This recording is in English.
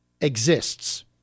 exists